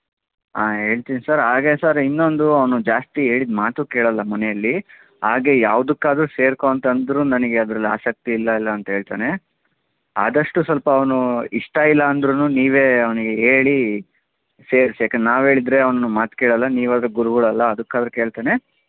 ಆಂ ಹೇಳ್ತೀನ್ ಸರ್ ಹಾಗೇ ಸರ್ ಇನ್ನೊಂದು ಅವನು ಜಾಸ್ತಿ ಹೇಳಿದ ಮಾತೂ ಕೇಳೋಲ್ಲ ಮನೆಯಲ್ಲಿ ಹಾಗೇ ಯಾವ್ದಕ್ಕಾದ್ರು ಸೇರಿಕೊ ಅಂತಂದ್ರೂ ನನಗೆ ಅದರಲ್ಲಿ ಆಸಕ್ತಿ ಇಲ್ಲ ಇಲ್ಲ ಅಂತ ಹೇಳ್ತಾನೆ ಆದಷ್ಟು ಸ್ವಲ್ಪ ಅವನು ಇಷ್ಟ ಇಲ್ಲ ಅಂದ್ರು ನೀವೇ ಅವನಿಗೆ ಹೇಳಿ ಸೇರ್ಸಿ ಯಾಕಂದ್ರೆ ನಾವು ಹೇಳಿದರೆ ಅವನು ಮಾತು ಕೇಳೋಲ್ಲ ನೀವಾದ್ರೆ ಗುರುಗಳಲ್ಲ ಅದಕ್ಕಾದ್ರೂ ಕೇಳ್ತಾನೆ